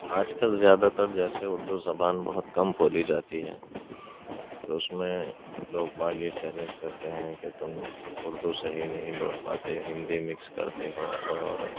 آج کل زیادہ تر جیسے اُردو زبان بہت کم بولی جاتی ہے تو اُس میں لوگ باگ یہ چیلینج کرتے ہیں کہ تم اُردو صحیح نہیں بول پاتے ہندی مکس کرتے ہو اور